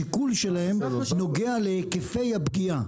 השיקול שלהם נוגע להיקפי הפגיעה.